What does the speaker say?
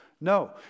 No